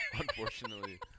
unfortunately